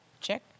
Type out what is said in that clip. Check